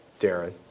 Darren